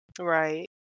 Right